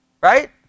right